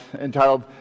entitled